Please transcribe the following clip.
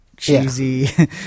cheesy